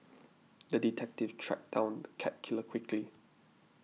the detective tracked down the cat killer quickly